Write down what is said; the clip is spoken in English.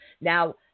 Now